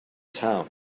town